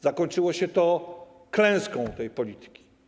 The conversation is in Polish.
Zakończyło się to klęską tej polityki.